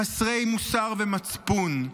חסרי מוסר ומצפון.